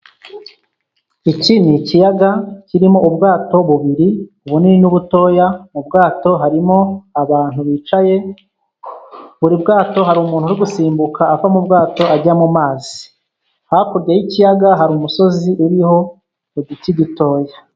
Iki ni ikiyaga kirimo ubwato bubiri bunini n'ubutoya, mu bwato harimo abantu bicaye. Buri bwato hari umuntu uri gusimbuka ava mu bwato ajya mu mazi. Hakurya y'ikiyaga hari umusozi uriho uduti dutoya.